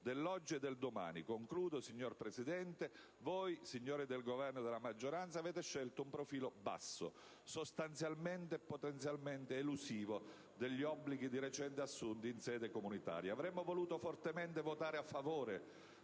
dell'oggi e del domani. Voi, signori del Governo e della maggioranza, avete scelto un profilo basso, sostanzialmente o potenzialmente elusivo degli obblighi di recente assunti in sede comunitaria. Avremmo voluto fortemente votare a favore